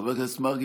חבר הכנסת מרגי,